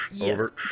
Over